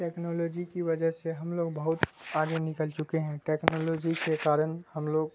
technology کی وجہ سے ہم لوگ بہت آگے نکل چکے ہیں ٹیکنالوجی کے کارن ہم لوگ